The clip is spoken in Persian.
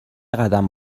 قدم